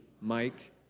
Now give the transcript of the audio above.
Mike